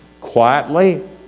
quietly